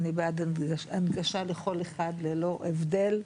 ואני בעד הנגשה לכל אחד ללא הבדל,